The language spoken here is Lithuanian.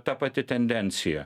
ta pati tendencija